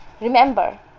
remember